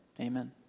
amen